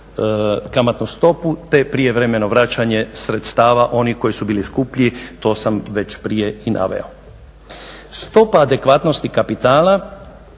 kamatnu stopu te prijevremeno vraćanje sredstava onih koji su bili skuplji, to sam već prije i naveo. Stopa adekvatnosti kapitala,